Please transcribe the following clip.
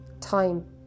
time